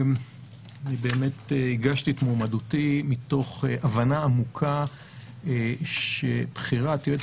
אני באמת הגשתי את מועמדותי מתוך הבנה עמוקה שבחירת יועץ